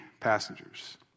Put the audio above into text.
Passengers